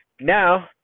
Now